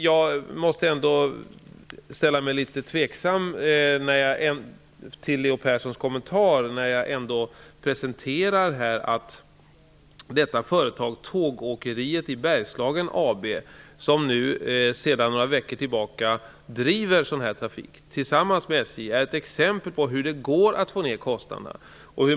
Jag måste ställa mig litet tveksam till Leo Perssons kommentar med tanke på att Tågåkeriet i Bergslagen AB, som sedan några veckor tillbaka driver sådan här trafik tillsammans med SJ, utgör ett exempel på att det går att få ned kostnaderna.